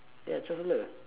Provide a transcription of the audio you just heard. ya twelve dollar